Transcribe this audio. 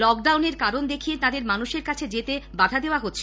lockdown এর কারণ দেখিয়ে তাদের মানুষের কাছে যেতে বাধা দেওয়া হচ্ছে